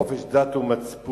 חופש דת ומצפון.